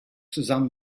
zusammen